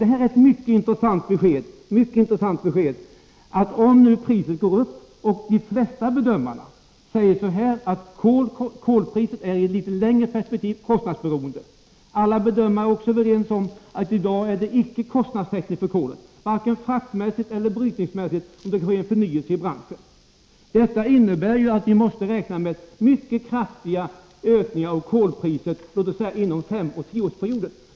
Det är ett mycket intressant besked. De flesta bedömare säger att kolpriset är i litet längre perspektiv kostnadsberoende. Alla bedömare är också överens om att i dag, om det sker en förnyelse i branschen, så ger inte kolpriset kostnadstäckning, varken för frakt eller produktion. Detta innebär att vi måste räkna med mycket kraftiga ökningar av kolpriset inom en 5-10-årsperiod.